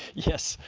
yes,